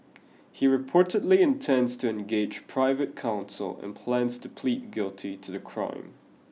he reportedly intends to engage private counsel and plans to plead guilty to the crime